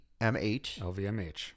LVMH